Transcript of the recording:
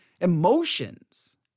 emotions